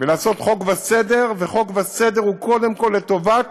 ולעשות חוק וסדר, וחוק וסדר הם קודם כול לטובת